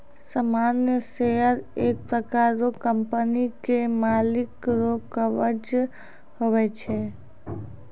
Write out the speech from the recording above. सामान्य शेयर एक प्रकार रो कंपनी के मालिक रो कवच हुवै छै